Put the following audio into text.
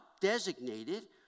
designated